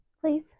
Please